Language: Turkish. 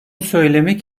söylemek